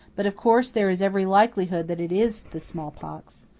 but, of course, there is every likelihood that it is the smallpox.